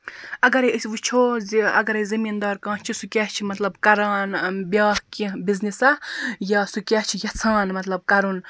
اَگَرے أسۍ وٕچھو زِ اَگَرے زمیٖندار کانٛہہ چھِ سُہ کیاہ چھُ مَطلَب کَران بیاکھ کینٛہہ بِزنٮ۪س یا سُہ کیاہ چھ یَژھان مَطلَب کَرُن